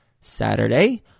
Saturday